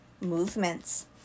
movements